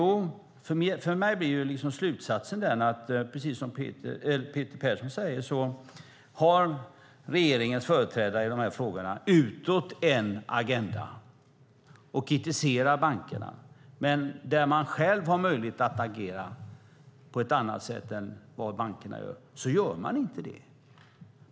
För mig blir slutsatsen följande: Precis som Peter Persson säger har regeringens företrädare i dessa frågor utåt en agenda och kritiserar bankerna. Men där man själv har möjlighet att agera på ett annat sätt än vad bankerna gör så gör man inte det.